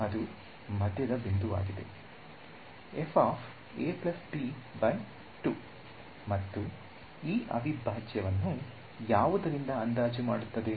ಅದು ಮಧ್ಯದ ಬಿಂದುವಾಗಿದೆ ಮತ್ತು ಈ ಅವಿಭಾಜ್ಯವನ್ನು ಯಾವುದರಿಂದ ಅಂದಾಜು ಮಾಡುತ್ತದೆ